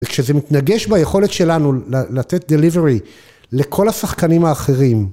וכשזה מתנגש ביכולת שלנו לתת דליברי לכל השחקנים האחרים.